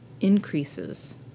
increases